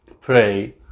pray